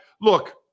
look